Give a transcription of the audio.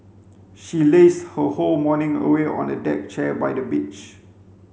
she lazed her whole morning away on a deck chair by the beach